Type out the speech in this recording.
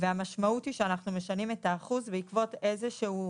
והמשמעות היא שאנחנו משנים את האחוז בעקבות איזושהי